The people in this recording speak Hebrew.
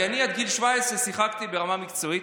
כי אני עד גיל 17 שיחקתי ברמה מקצועית.